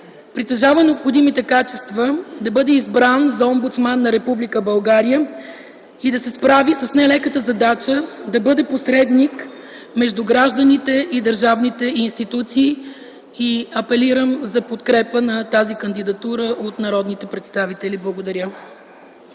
притежава необходимите качества да бъде избран за омбудсман на Република България и да се справи с нелеката задача да бъде посредник между гражданите и държавните институции. Апелирам за подкрепа на тази кандидатура от народните представители. Благодаря.